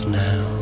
now